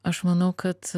aš manau kad